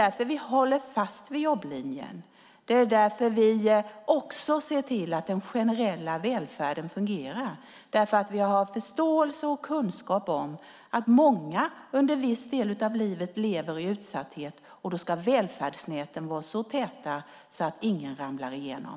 Därför håller vi fast vid jobblinjen och ser till att den generella välfärden fungerar. Vi har förståelse och kunskap om att många under en viss del av livet lever i utsatthet. Då ska välfärdsnäten vara så täta att ingen ramlar igenom.